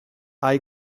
hai